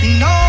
no